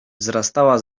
wzrastała